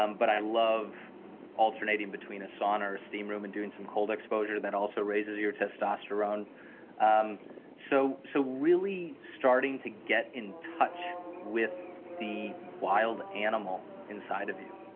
um but i love alternating between a sauna or steam room and doing some cold exposure that also raises yours testosterone um so so, really starting to get in touch with the wild animal inside of you,